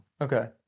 Okay